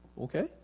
Okay